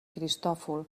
cristòfol